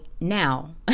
now